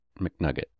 McNugget